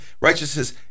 righteousness